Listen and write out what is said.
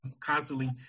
constantly